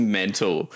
mental